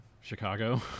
chicago